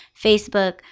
Facebook